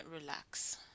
relax